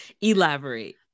Elaborate